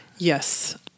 Yes